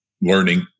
Learning